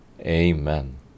amen